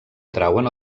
atrauen